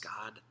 God